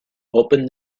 open